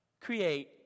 Create